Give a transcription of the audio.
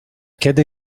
kiedy